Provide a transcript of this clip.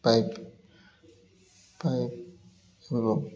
pipe pipe